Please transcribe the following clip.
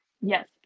yes